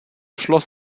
schloss